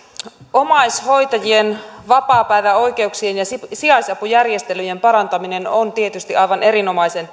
omaishoitajien vapaapäiväoikeuksien ja sijaisapujärjestelyjen parantaminen ovat tietysti aivan erinomaisen